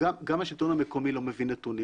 גם השלטון המקומי לא מביא נתונים,